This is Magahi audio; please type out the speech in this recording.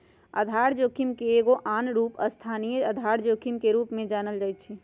आधार जोखिम के एगो आन रूप स्थानीय आधार जोखिम के रूप में जानल जाइ छै